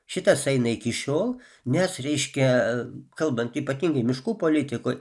šitas eina iki šiol nes reiškia kalbant ypatingai miškų politikoj